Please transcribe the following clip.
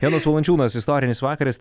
jonas valančiūnas istorinis vakaras